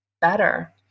better